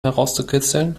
herauszukitzeln